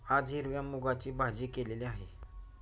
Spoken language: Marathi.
आज हिरव्या मूगाची भाजी केलेली आहे